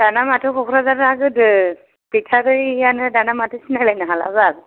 दाना माथो क'कराझारा गोदो गैथारैआनो दाना माथो सिनायलायनो हालाबाल